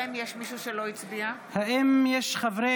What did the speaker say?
חברי